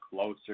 closer